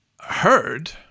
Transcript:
Heard